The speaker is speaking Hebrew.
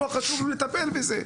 לא חשוב לו לטפל בזה,